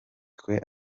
twe